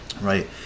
right